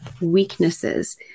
weaknesses